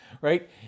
right